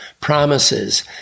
promises